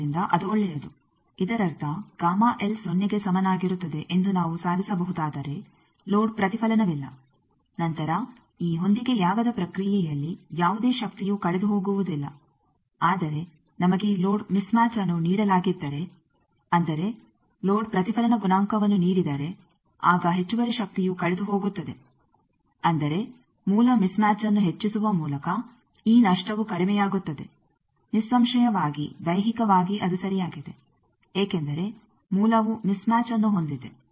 ಆದ್ದರಿಂದ ಅದು ಒಳ್ಳೆಯದು ಇದರರ್ಥ ಸೊನ್ನೆಗೆ ಸಮನಾಗಿರುತ್ತದೆ ಎಂದು ನಾವು ಸಾಧಿಸಬಹುದಾದರೆ ಲೋಡ್ ಪ್ರತಿಫಲನವಿಲ್ಲ ನಂತರ ಈ ಹೊಂದಿಕೆಯಾಗದ ಪ್ರಕ್ರಿಯೆಯಲ್ಲಿ ಯಾವುದೇ ಶಕ್ತಿಯು ಕಳೆದುಹೋಗುವುದಿಲ್ಲ ಆದರೆ ನಮಗೆ ಲೋಡ್ ಮಿಸ್ ಮ್ಯಾಚ್ಅನ್ನು ನೀಡಲಾಗಿದ್ದರೆ ಅಂದರೆ ಲೋಡ್ ಪ್ರತಿಫಲನ ಗುಣಾಂಕವನ್ನು ನೀಡಿದರೆ ಆಗ ಹೆಚ್ಚುವರಿ ಶಕ್ತಿಯು ಕಳೆದುಹೋಗುತ್ತದೆ ಅಂದರೆ ಮೂಲ ಮಿಸ್ ಮ್ಯಾಚ್ಅನ್ನು ಹೆಚ್ಚಿಸುವ ಮೂಲಕ ಈ ನಷ್ಟವು ಕಡಿಮೆಯಾಗುತ್ತದೆ ನಿಸ್ಸಂಶಯವಾಗಿ ದೈಹಿಕವಾಗಿ ಅದು ಸರಿಯಾಗಿದೆ ಏಕೆಂದರೆ ಮೂಲವು ಮಿಸ್ ಮ್ಯಾಚ್ಅನ್ನು ಹೊಂದಿದೆ